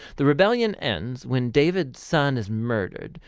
the rebellion ends when david's son is murdered.